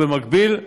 ובמקביל,